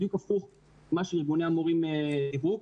בדיוק הפוך ממה שארגוני המורים דיברו,